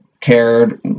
cared